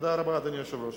תודה רבה, אדוני היושב-ראש.